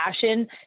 passion